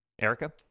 Erica